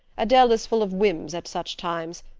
adele is full of whims at such times.